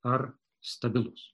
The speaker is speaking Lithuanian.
ar stabilus